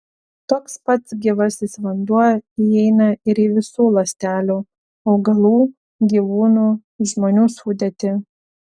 toks pats gyvasis vanduo įeina ir į visų ląstelių augalų gyvūnų žmonių sudėtį